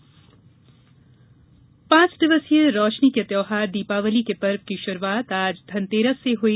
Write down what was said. धनतेरस पाँच दिवसीय रोशनी के त्यौहार दीपावली के पर्व की शुरुआत आज धनतेरस से हुई